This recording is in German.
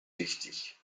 wichtig